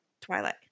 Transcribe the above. Twilight